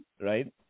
right